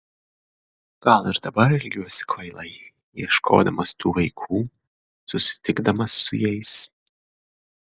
gal ir dabar elgiuosi kvailai ieškodamas tų vaikų susitikdamas su jais